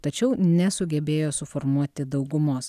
tačiau nesugebėjo suformuoti daugumos